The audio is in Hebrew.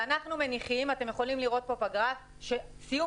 אנחנו מניחים - אתם יכולים לראות כאן בגרף שסיום